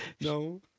no